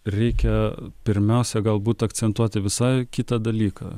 reikia pirmiausia galbūt akcentuoti visai kitą dalyką